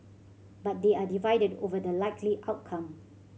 but they are divided over the likely outcome